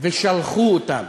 ושלחו אותם.